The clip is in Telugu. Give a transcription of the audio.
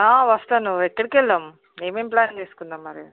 వస్తాను ఎక్కడికి వెళ్దాం ఏమేం ప్లాన్ చేసుకుందాము మరి